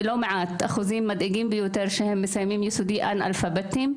ולא מעט אחוזים מסיימים את היסודי אנאלפביתיים,